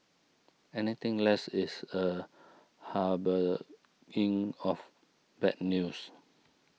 anything less is a harbinger of bad news